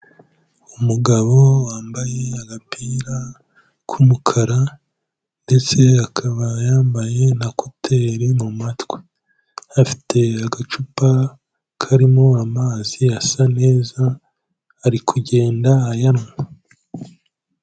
Umugabo wambaye agapira k'umukara ndetse akaba yambaye na koteri mu matwi, afite agacupa karimo amazi asa neza ari kugenda ayanywa.